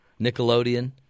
Nickelodeon